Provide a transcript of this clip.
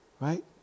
right